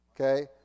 Okay